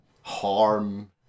harm